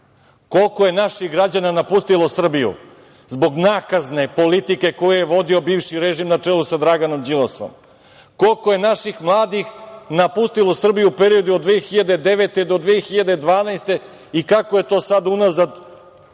koliko je naših građana napustilo Srbiju, zbog nakazne politike koju je vodio bivši režim na čelu sa Draganom Đilasom, koliko je naših mladih napustilo Srbiju u periodu od 2009. do 2012. godine i kako je to, sada unazad 2020.